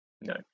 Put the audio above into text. No